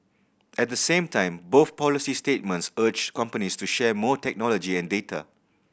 at the same time both policy statements urged companies to share more technology and data